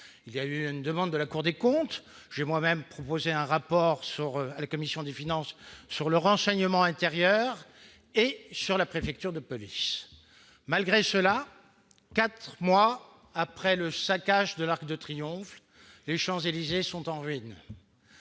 Il y a eu une demande de la Cour des comptes ; j'ai moi-même proposé à la commission des finances un rapport relatif au renseignement intérieur et à la préfecture de police. Malgré cela, quatre mois après le saccage de l'Arc de Triomphe, les Champs-Élysées sont en ruine.